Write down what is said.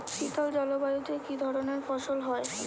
শীতল জলবায়ুতে কি ধরনের ফসল হয়?